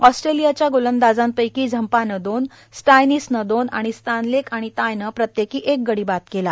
ऑस्ट्रेलियाच्या गोलंदाजांपैकी झंपानं दोन स्टायनिसनं दोन आणि स्टानलेक आणि तायनं प्रत्येकी एक गडी बाद केला